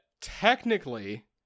technically